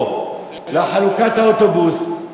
או על חלוקת האוטובוס,